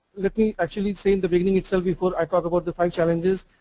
let me actually say in the beginning itself before i talk about the five challenges,